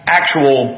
actual